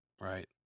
right